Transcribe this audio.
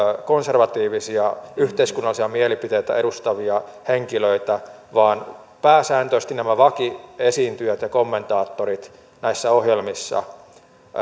konservatiivisia yhteiskunnallisia mielipiteitä edustavia henkilöitä vaan päänsääntöisesti nämä vaki esiintyjät ja kommentaattorit näissä ohjelmissa